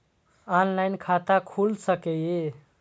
Online खाता खुल सके ये?